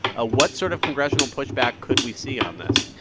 ah what sort of congressional pushback could we see on this?